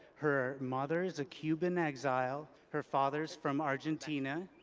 her mother is a cuban exile. her father is from argentina.